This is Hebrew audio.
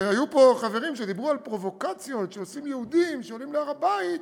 והיו פה חברים שדיברו על פרובוקציות שעושים יהודים שעולים להר-הבית,